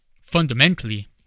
fundamentally